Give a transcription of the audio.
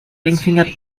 ringfinger